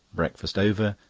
breakfast over,